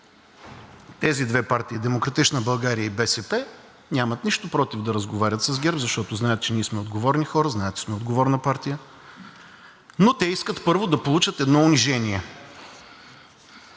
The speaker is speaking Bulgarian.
Тези две партии – „Демократична България“ и БСП, нямат нищо против да разговарят с ГЕРБ, защото знаят, че ние сме отговорни хора, знаят, че сме отговорна партия, но те искат първо да получат едно унижение.